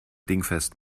dingfest